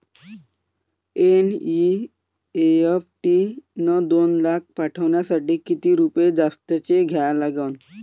NEFT न दोन लाख पाठवासाठी किती रुपये जास्तचे द्या लागन?